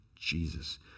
Jesus